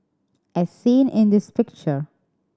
as seen in this picture